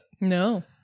No